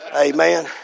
Amen